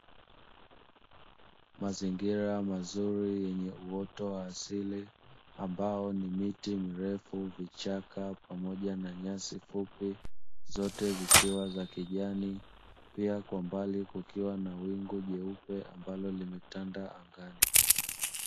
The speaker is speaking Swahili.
Mazingira mazuri yenye uoto wa asili ambao ni miti mirefu, vichaka pamoja na nyasi fupi, zote zikiwa za kijani pia kwa mbali kukiwa na wingu jeupe ambalo limetanda angani.